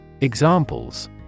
Examples